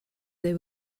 they